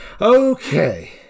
Okay